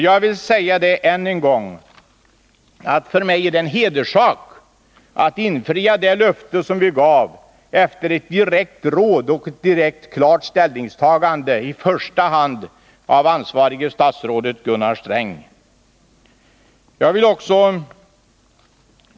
Jag vill än en gång säga att det för mig är en hederssak att infria det löfte som vi gav efter ett direkt råd och ett klart ställningstagande från i första hand det ansvariga statsrådet Gunnar Sträng.